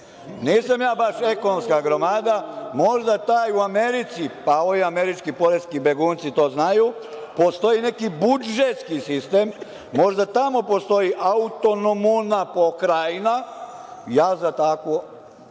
Nisam ja baš ekonomska gromada. Možda taj u Americi, pa ovi američki poreski begunci to znaju, postoji neki buddžetski sistem. Možda tamo postoji autonomona pokrajna. Ja za takvu